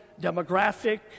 demographic